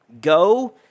Go